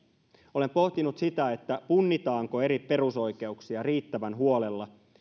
olen pohtinut sitä punnitaanko eri perusoikeuksia riittävän huolella